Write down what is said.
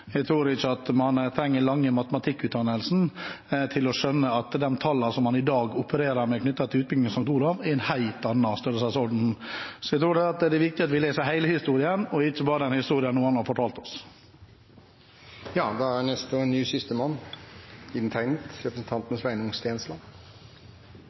Jeg tror ikke at man trenger lang matematikkutdannelse for å skjønne at de tallene som man i dag opererer med knyttet til utbyggingen av St. Olavs Hospital, er av en helt annen størrelsesorden. Jeg tror det er viktig at vi leser hele historien, og ikke bare den historien noen har fortalt oss. Det var interessant å høre Per Olaf Lundteigen og